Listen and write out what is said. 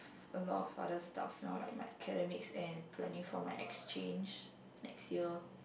a lot of other stuff now like my academics and planning for my exchange next year